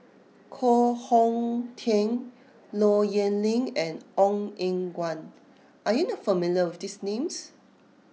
Koh Hong Teng Low Yen Ling and Ong Eng Guan are you not familiar with these names